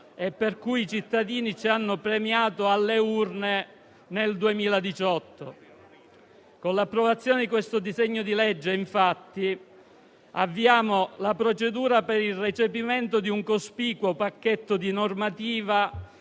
e per cui i cittadini ci hanno premiato alle urne nel 2018. Con l'approvazione di questo disegno di legge, infatti, avviamo la procedura per il recepimento di un cospicuo pacchetto normativo